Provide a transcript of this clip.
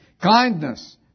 Kindness